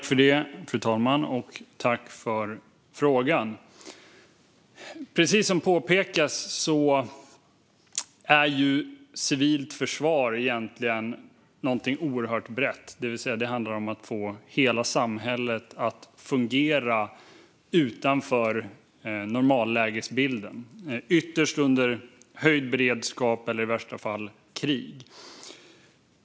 Fru talman! Jag tackar för frågan. Precis som påpekats är civilt försvar egentligen någonting oerhört brett. Det handlar om att få hela samhället att fungera utanför normalläget - ytterst under höjd beredskap eller i värsta fall krig.